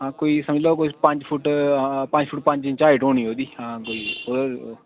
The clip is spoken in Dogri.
आं कोई समझो पंज फुट पंज इंच हाईट होनी ओह्दी आंं